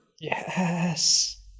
Yes